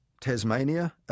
Tasmania